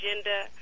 agenda